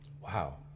wow